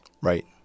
right